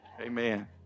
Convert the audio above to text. Amen